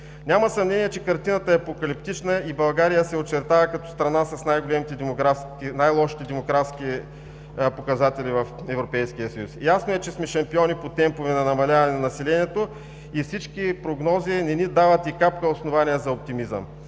Няма съмнение, че картината е апокалиптична и България се очертава като страна с най-лошите демографски показатели в Европейския съюз. Ясно е, че сме шампиони по темпове на намаляване на населението и всички прогнози не ни дават и капка основание за оптимизъм.